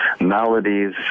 maladies